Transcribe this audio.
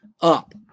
up